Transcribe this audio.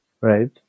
right